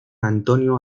antonio